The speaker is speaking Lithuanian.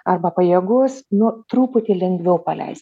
arba pajėgus nu truputį lengviau paleist